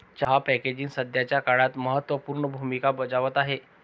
चहा पॅकेजिंग सध्याच्या काळात महत्त्व पूर्ण भूमिका बजावत आहे